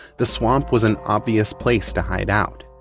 the swamp was an obvious place to hide out.